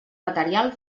material